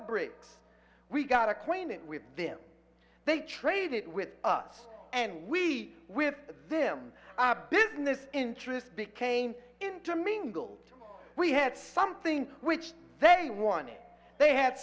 bricks we got acquainted with them they traded with us and we with them our business interests became intermingled we had something which they wanted they had